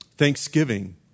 thanksgiving